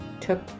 took